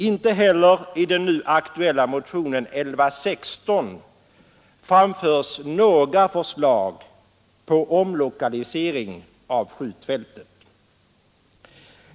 Inte heller i den nu aktuella motionen 1116 framförs några förslag till omlokalisering av skjutfältet.